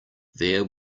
there